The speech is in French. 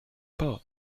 pas